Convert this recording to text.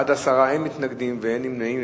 בעד, 10, אין מתנגדים ואין נמנעים.